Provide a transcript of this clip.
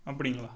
அப்படிங்களா